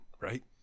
right